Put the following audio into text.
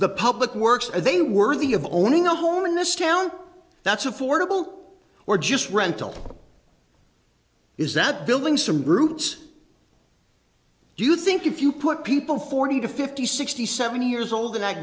the public works they worthy of owning a home in this town that's affordable or just rental is that building some routes you think if you put people forty to fifty sixty seventy years old